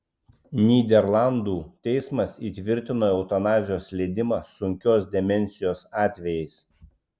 nyderlandų teismas įtvirtino eutanazijos leidimą sunkios demencijos atvejais